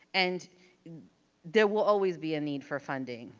and there will always be a need for funding.